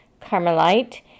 Carmelite